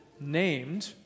named